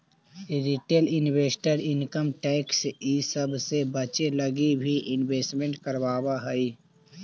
retail investor income tax इ सब से बचे लगी भी इन्वेस्टमेंट करवावऽ हई